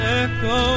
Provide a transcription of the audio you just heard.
echo